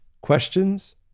questions